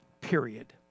Period